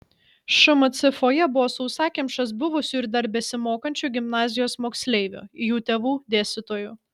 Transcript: šmc fojė buvo sausakimšas buvusių ir dar besimokančių gimnazijos moksleivių jų tėvų dėstytojų